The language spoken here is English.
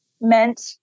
meant